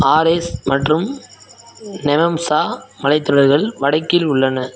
ஆரெஸ் மற்றும் நெமெம்சா மலைத்தொடர்கள் வடக்கில் உள்ளன